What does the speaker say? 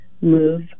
move